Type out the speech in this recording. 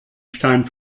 stein